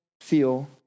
feel